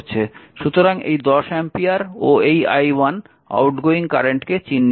সুতরাং এই 10 অ্যাম্পিয়ার ও এই i1 আউটগোয়িং কারেন্টকে চিহ্নিত করে